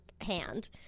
hand